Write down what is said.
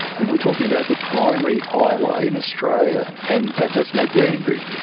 and we're talking about the primary highway in australia, and that does make you angry.